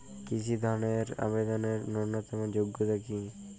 কৃষি ধনের আবেদনের ন্যূনতম যোগ্যতা কী?